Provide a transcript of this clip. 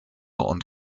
und